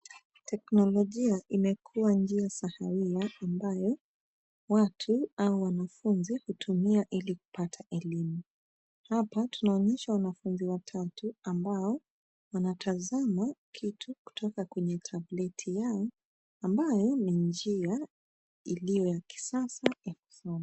Teknolojia imekuwa njia sahawia ambayo watu au wanafunzi hutumia ili kupata elimu. Hapa tunaonyeshwa wanafunzi watatu ambao wanatazama kitu kutoka kwenye tableti yao ambayo ni njia iliyo ya kisasa ya kusoma.